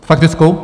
Faktickou?